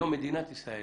היום מדינת ישראל